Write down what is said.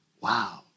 Wow